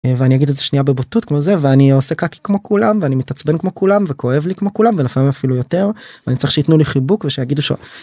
ואני אגיד את זה שנייה בבוטות כמו זה, ואני עושה קקי כמו כולם, ואני מתעצבן כמו כולם, וכואב לי כמו כולם, ולפעמים אפילו יותר. ואני צריך שיתנו לי חיבוק ושיגידו ש...